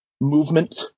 movement